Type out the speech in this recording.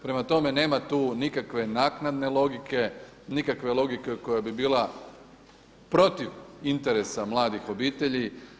Prema tome, nema tu nikakve naknadne logike, nikakve logike koja bi bila protiv interesa mladih obitelji.